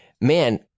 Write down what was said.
man